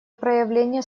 проявление